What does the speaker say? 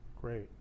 Great